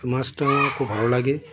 মাছটা আমার খুব ভালো লাগে